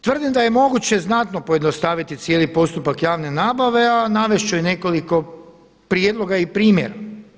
Tvrdim da je moguće znatno pojednostaviti cijeli postupak javne nabave, a navest ću i nekoliko prijedloga i primjera.